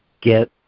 get